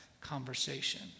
conversation